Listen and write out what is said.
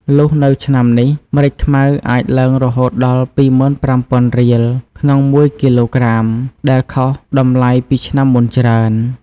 លុះនៅឆ្នាំនេះម្រេចខ្មៅអាចឡើងរហូតដល់ ២៥០០០ រៀល ក្នុងមួយគីឡូក្រាម ដែលខុសតម្លៃពីឆ្នាំមុនច្រើន។